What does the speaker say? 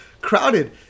crowded